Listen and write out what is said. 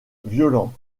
violent